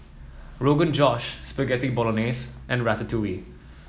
Rogan Josh Spaghetti Bolognese and Ratatouille